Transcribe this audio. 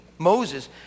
Moses